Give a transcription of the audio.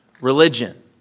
religion